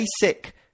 basic